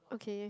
okay